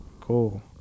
Cool